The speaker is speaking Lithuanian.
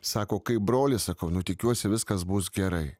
sako kaip brolis sakau nu tikiuosi viskas bus gerai